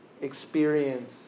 experience